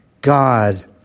God